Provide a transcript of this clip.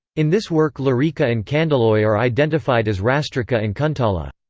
in this work larika and kandaloi are identified as rastrika and kuntala.